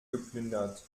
geplündert